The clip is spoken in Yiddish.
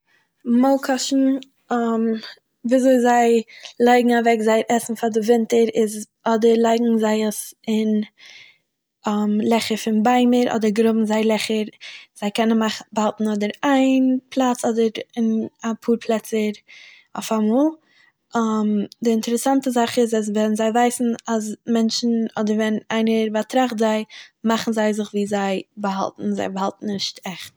מויקאש'ן ווי אזוי זיי לייגן אוועק זייער עסן פאר די ווינטער איז אדער לייגן זיי עס אין – לעכער פון ביימער, אדער גראבן זיי לעכער, זיי קענען מא באהאלטן אדער איין פלאץ אדער אין אפאהר פלעצער אויף אמאהל די אינטרעסאנט זאך איז אז ווען זיי ווייסן אז מענטשען אדער ווען איינער באטראכט זיי מאכן זיי זיך ווי זיי באהאלטן נישט עכט.